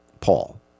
Paul